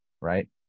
right